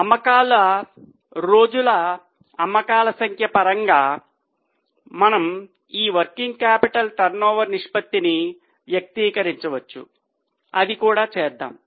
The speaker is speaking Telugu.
అమ్మకాల రోజుల అమ్మకాల సంఖ్య పరంగా మనము ఈ వర్కింగ్ క్యాపిటల్ టర్నోవర్ నిష్పత్తిని వ్యక్తీకరించవచ్చు అది కూడా చేద్దాం